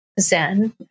Zen